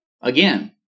again